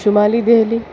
شمالی دہلی